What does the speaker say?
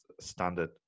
standard